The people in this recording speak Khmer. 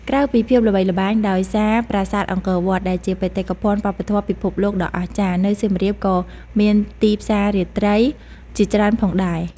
ក្រៅពីភាពល្បីល្បាញដោយសារប្រាសាទអង្គរវត្ត ដែលជាបេតិកភណ្ឌវប្បធម៌ពិភពលោកដ៏អស្ចារ្យ នៅសៀមរាបក៏មានទីផ្សាររាត្រីជាច្រើនផងដែរ។